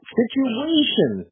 situation